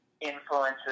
influences